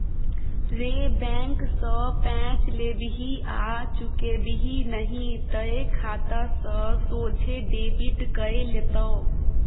रे बैंक सँ पैंच लेबिही आ चुकेबिही नहि तए खाता सँ सोझे डेबिट कए लेतौ